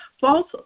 False